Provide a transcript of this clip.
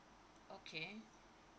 okay